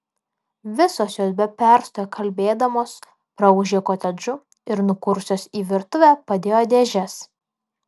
visos jos be perstojo kalbėdamos praūžė kotedžu ir nukūrusios į virtuvę padėjo dėžes